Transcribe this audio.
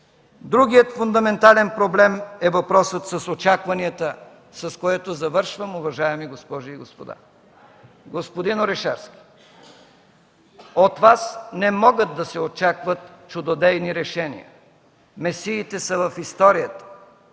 Другият фундаментален проблем е въпросът с очакванията, с което завършвам, уважаеми госпожи и господа. Господин Орешарски, от Вас не могат да се очакват чудодейни решения. Месиите са в историята.